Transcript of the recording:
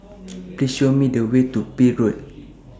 Please Show Me The Way to Peel Road